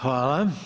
Hvala.